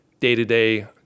day-to-day